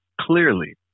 Clearly